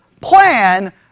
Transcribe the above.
plan